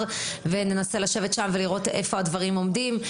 וננסה לשבת ולראות היכן הדברים עומדים.